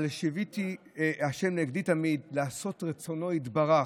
"שיוויתי ה' לנגדי תמיד, לעשות רצונו יתברך".